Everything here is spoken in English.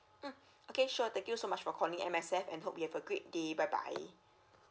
mm okay sure thank you so much for calling at M_S_F and hope you have a great day bye bye